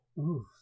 Oof